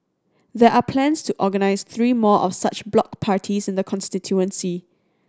there are plans to organise three more of such block parties in the constituency